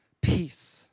peace